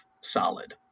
solid